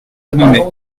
annonay